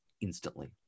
instantly